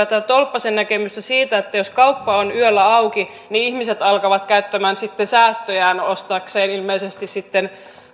tätä tolppasen näkemystä siitä että jos kauppa on yöllä auki niin ihmiset alkavat käyttämään sitten säästöjään ostaakseen ilmeisesti